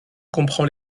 comprend